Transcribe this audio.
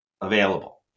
available